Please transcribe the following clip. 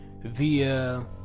via